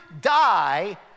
die